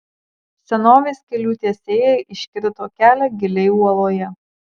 senovės kelių tiesėjai iškirto kelią giliai uoloje